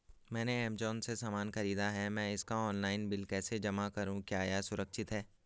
मैंने ऐमज़ान से सामान खरीदा है मैं इसका ऑनलाइन बिल कैसे जमा करूँ क्या यह सुरक्षित है?